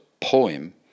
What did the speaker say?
poem